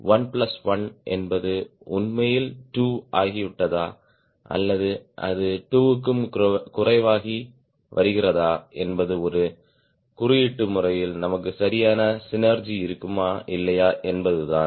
1 plus 1 என்பது உண்மையில் 2 ஆகிவிட்டதா அல்லது அது 2 க்கும் குறைவாகி வருகிறதா என்பது ஒரு குறியீட்டு முறையில் நமக்கு சரியான சினெர்ஜி இருக்குமா இல்லையா என்பதுதான்